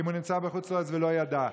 אם הוא נמצא בחוץ לארץ ולא ידע.